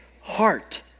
heart